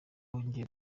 nongeye